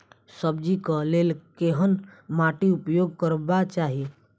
सब्जी कऽ लेल केहन माटि उपयोग करबाक चाहि?